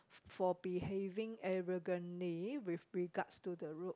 for behaving arrogantly with regards to the road